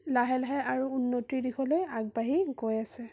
লাহে লাহে আৰু উন্নতিৰ দিশলৈ আগবাঢ়ি গৈ আছে